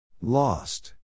Lost